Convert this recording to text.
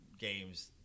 games